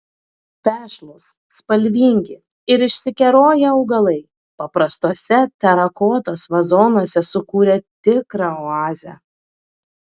vešlūs spalvingi ir išsikeroję augalai paprastuose terakotos vazonuose sukūrė tikrą oazę